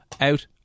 out